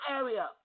area